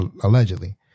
allegedly